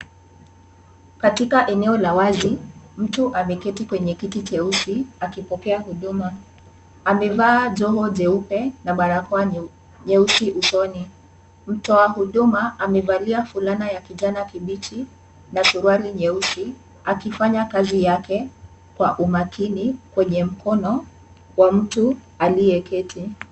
Katika eneo la wazi mtu ameketi kwenye kiti cheusi akipokea huduma. Amevaa joho jeupe na barakoa nyeusi usoni. Mtoa huduma kijani kibichi na suruali nyeusi akifanya kazi yake kwa umakini kwenye mkono wa mtu aliye keti.